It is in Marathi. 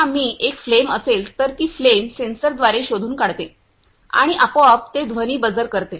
आता आम्ही जर फ्लेम असेल तर ती फ्लेम सेन्सरद्वारे शोधून काढते आणि आपोआप ते ध्वनी बजर करते